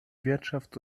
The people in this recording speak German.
wirtschafts